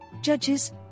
Judges